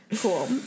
cool